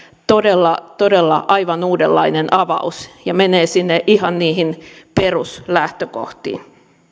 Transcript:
todella todella aivan uudenlainen avaus ja menee ihan niihin peruslähtökohtiin